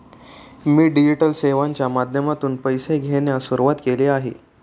मी digital सेवांच्या माध्यमातून पैसे घेण्यास सुरुवात केली आहे